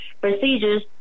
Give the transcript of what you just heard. procedures